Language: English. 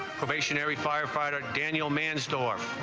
missionaries firefighter daniel man's door